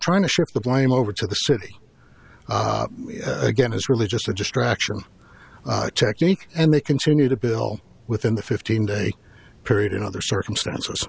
trying to shift the blame over to the city again is really just a distraction technique and they continue to bill within the fifteen day period in other circumstances